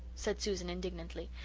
said susan indignantly.